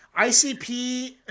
ICP